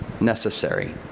necessary